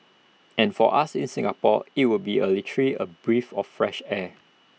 and for us in Singapore IT would be literally A breath of fresh air